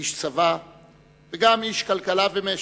איש צבא וגם איש כלכלה ומשק.